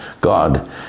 God